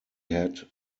had